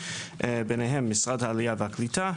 וביניהם: משרד העלייה והקליטה,